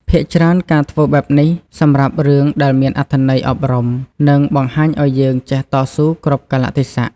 ភាគច្រើនការធ្វើបែបនេះ សម្រាប់រឿងដែលមានអត្តន័យអប់រំ និងបង្ហាញឲ្យយើងចេះតស៊ូគ្រប់កាលៈទេសៈ។